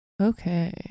Okay